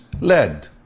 led